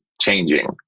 changing